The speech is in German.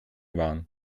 waren